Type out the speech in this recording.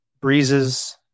breezes